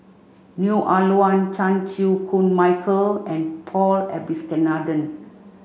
Neo Ah Luan Chan Chew Koon Michael and Paul Abisheganaden